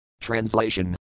Translation